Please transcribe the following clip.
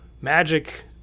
magic